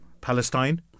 Palestine